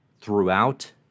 throughout